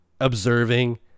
observing